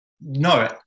no